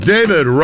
David